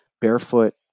barefoot